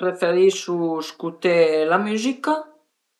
Preferisu scuté la müzica